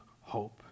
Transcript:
hope